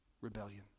rebellion